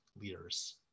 leaders